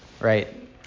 right